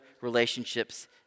relationships